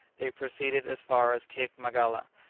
they proceeded as far as cape magala,